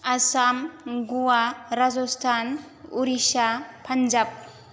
Assam Goa Rajasthan Orissa Punjab